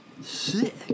Sick